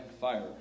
fire